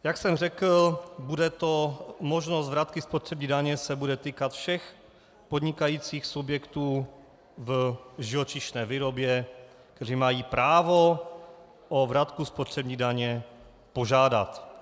Jak jsem řekl, možnost vratky spotřební daně se bude týkat všech podnikajících subjektů v živočišné výrobě, které mají právo o vratku spotřební daně požádat.